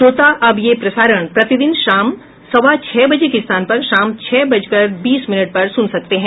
श्रोता अब यह प्रसारण प्रतिदिन शाम सवा छह बजे के स्थान पर शाम छह बजकर बीस मिनट पर सुन सकते हैं